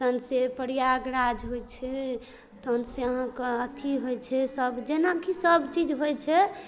तहन से प्रयागराज होइ छै तहन से अहाँके अथी होइ छै सब जेनाकि सब चीज होइ छै